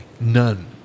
None